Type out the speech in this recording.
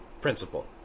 principle